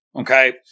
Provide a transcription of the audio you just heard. Okay